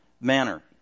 manner